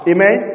Amen